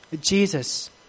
Jesus